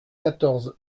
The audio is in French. quatorze